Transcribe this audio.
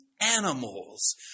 animals